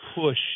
push